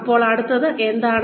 ഇപ്പോൾ അടുത്തത് എന്താണ്